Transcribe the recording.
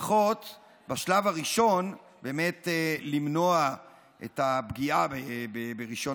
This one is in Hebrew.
לפחות בשלב הראשון באמת למנוע את הפגיעה ברישיון